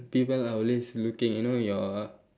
people are always looking you know your